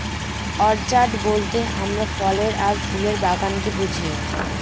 orchard বলতে আমরা ফলের আর ফুলের বাগানকে বুঝি